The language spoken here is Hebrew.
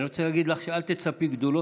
אני רוצה להגיד לך שאל תצפי לגדולות,